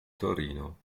torino